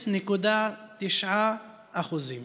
0.9%;